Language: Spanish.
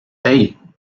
hey